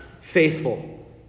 faithful